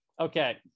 okay